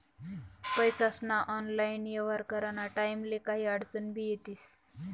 पैसास्ना ऑनलाईन येव्हार कराना टाईमले काही आडचनी भी येतीस